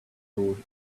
thought